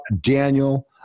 daniel